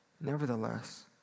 Nevertheless